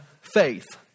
faith